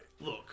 Look